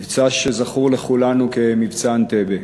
מבצע שזכור לכולנו כ"מבצע אנטבה",